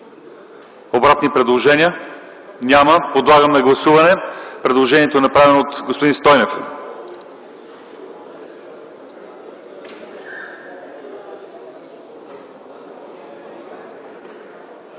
Обратни предложения? Няма. Подлагам на гласуване предложението, направено от господин Стойнев.